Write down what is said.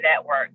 Network